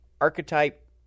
Archetype